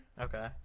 Okay